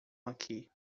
daqui